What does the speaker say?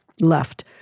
left